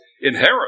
inherit